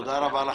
תודה רבה לכם,